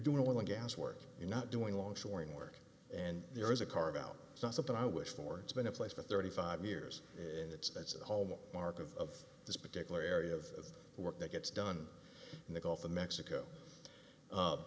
doing well on gas work you're not doing long shoring work and there is a carve out it's not something i wish for it's been in place for thirty five years and it's that's a home mark of this particular area of work that gets done in the gulf of mexico